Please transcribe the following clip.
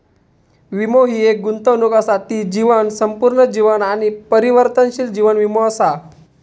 वीमो हि एक गुंतवणूक असा ती जीवन, संपूर्ण जीवन आणि परिवर्तनशील जीवन वीमो असा